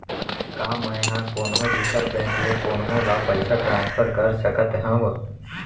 का मै हा कोनहो दुसर बैंक ले कोनहो ला पईसा ट्रांसफर कर सकत हव?